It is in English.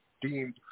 deemed